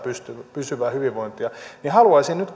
pysyvää hyvinvointia niin haluaisin nyt